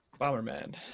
Bomberman